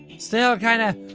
still kinda,